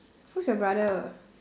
who's your brother